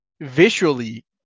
visually